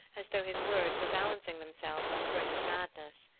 as though his words were balancing themselves on the brink of madness.